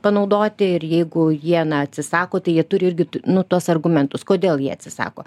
panaudoti ir jeigu jie na atsisako tai jie turi irgi nu tuos argumentus kodėl jie atsisako